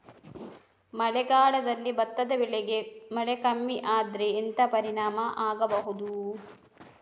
ಮಳೆಗಾಲದಲ್ಲಿ ಭತ್ತದ ಬೆಳೆಗೆ ಮಳೆ ಕಮ್ಮಿ ಆದ್ರೆ ಎಂತ ಪರಿಣಾಮ ಆಗಬಹುದು?